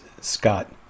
Scott